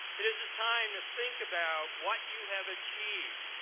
it is a time to think about what you have achieved,